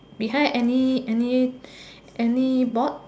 behind any any any board